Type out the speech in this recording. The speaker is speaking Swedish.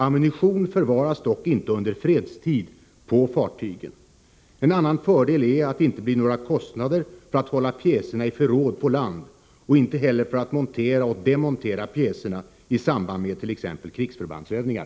Ammunition förvaras dock inte under fredstid på fartygen. En annan fördel är att det inte blir några kostnader för att hålla pjäserna i förråd på land och inte heller för att montera och demontera pjäserna i samband med t.ex. krigsförbandsövningar.